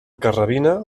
carrabina